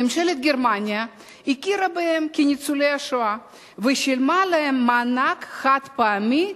ממשלת גרמניה הכירה בהם כניצולי שואה ושילמה להם מענק חד-פעמי,